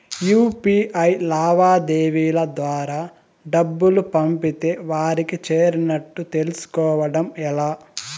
UPI లావాదేవీల ద్వారా డబ్బులు పంపితే వారికి చేరినట్టు తెలుస్కోవడం ఎలా?